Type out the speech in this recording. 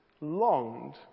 longed